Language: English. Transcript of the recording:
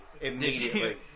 immediately